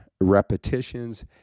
repetitions